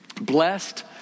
Blessed